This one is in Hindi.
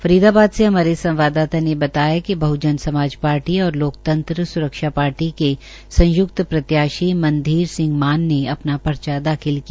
फरीदाबाद से हमारे संवाददाता ने बातया कि बहजन समाज पार्टी और लोकतंत्र सुरक्षा पार्टी के संयुक्त प्रत्याशी मनधीर सिंह मान ने अपना पर्चा दाखिल किया